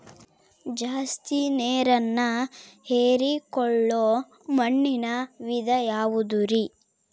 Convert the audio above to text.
ಜಾಸ್ತಿ ನೇರನ್ನ ಹೇರಿಕೊಳ್ಳೊ ಮಣ್ಣಿನ ವಿಧ ಯಾವುದುರಿ?